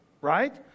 right